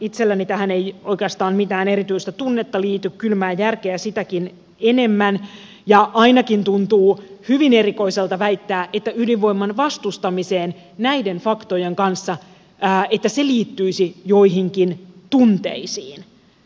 itselläni tähän ei oikeastaan mitään erityistä tunnetta liity kylmää järkeä sitäkin enemmän ja ainakin tuntuu hyvin erikoiselta väittää että ydinvoiman vastustaminen näiden faktojen kanssa liittyisi joihinkin tunteisiin